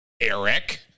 Eric